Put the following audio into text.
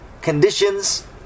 conditions